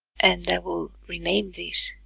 and i will rename this